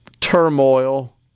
turmoil